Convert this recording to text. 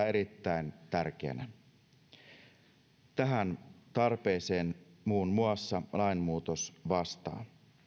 erittäin tärkeänä muun muassa tähän tarpeeseen lainmuutos vastaa